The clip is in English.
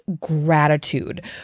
gratitude